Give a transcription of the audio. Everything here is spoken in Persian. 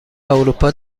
اروپا